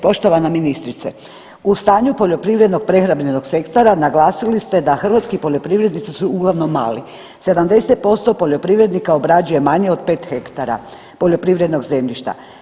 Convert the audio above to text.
Poštovana ministrice, u stanju poljoprivredno prehrambenog sektora naglasili ste da hrvatski poljoprivrednici su uglavnom mali, 70% poljoprivrednika obrađuje manje od 5 hektara poljoprivrednog zemljišta.